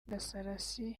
gasarasi